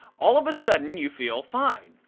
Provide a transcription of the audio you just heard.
all of a sudden you feel fine,